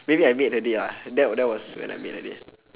maybe I made her day lah that that was when I made her day